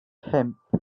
pump